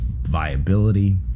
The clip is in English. viability